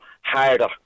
harder